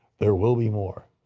there will be more.